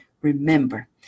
Remember